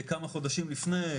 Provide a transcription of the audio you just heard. כמה חודשים לפני,